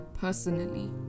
personally